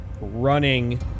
running